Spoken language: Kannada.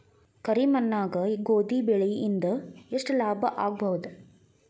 ಕರಿ ಮಣ್ಣಾಗ ಗೋಧಿ ಬೆಳಿ ಇಂದ ಎಷ್ಟ ಲಾಭ ಆಗಬಹುದ?